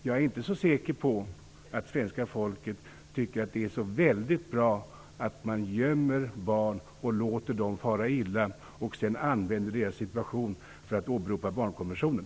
Jag är dock inte säker på att svenska folket tycker att det är så väldigt bra att man gömmer barn och låter dem fara illa, för att sedan använda deras situation för åberopa barnkonventionen.